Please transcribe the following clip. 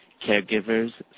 caregivers